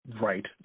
right